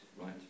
Right